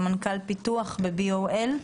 סמנכ"ל פיתוח ב-BOL.